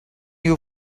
you